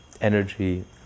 energy